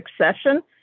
succession